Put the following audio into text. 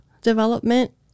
development